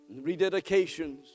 Rededications